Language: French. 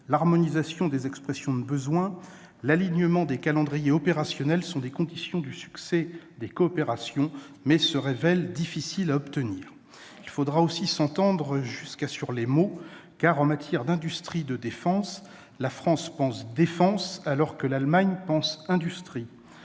l'harmonisation des expressions de besoins et l'alignement des calendriers opérationnels sont des conditions du succès des coopérations, mais se révèlent difficiles à obtenir. Il faudra aussi s'entendre jusque sur les mots, car, en matière d'industrie de défense, la France pense « défense », alors que l'Allemagne pense « industrie